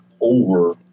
over